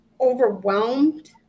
overwhelmed